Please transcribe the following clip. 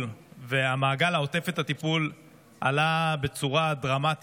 והמעגל העוטף את הטיפול עלו בצורה דרמטית.